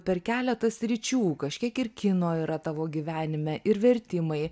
per keletą sričių kažkiek ir kino yra tavo gyvenime ir vertimai